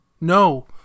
no